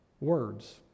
words